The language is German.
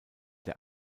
der